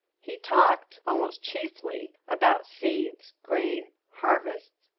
he talked, almost chiefly, about seeds, grain, harvests,